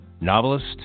novelist